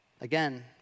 Again